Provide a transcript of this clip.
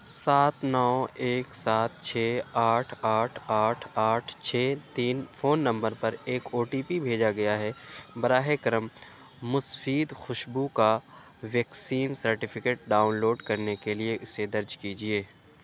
سات نو ایک سات چھ آٹھ آٹھ آٹھ آٹھ چھ تین فون نمبر پر ایک او ٹی پی بھیجا گیا ہے براہِ کرم مسفید خوشبو کا ویکسین سرٹیفکیٹ ڈاؤن لوڈ کرنے کے لیے اسے درج کیجیے